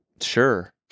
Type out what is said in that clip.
Sure